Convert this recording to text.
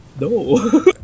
No